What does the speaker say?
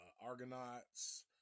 Argonauts